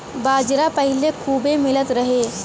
बाजरा पहिले खूबे मिलत रहे